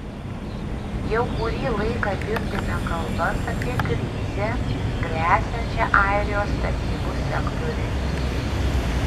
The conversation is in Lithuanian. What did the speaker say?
jau kurį laiką girdime kalbas apie krizę gresiančią airijos statybų sektoriui